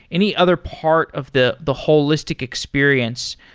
any other part of the the holistic experience?